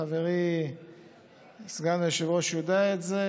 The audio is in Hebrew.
חברי סגן היושב-ראש יודע את זה,